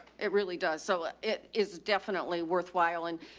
it really does. so ah it is definitely worthwhile. and,